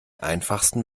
einfachsten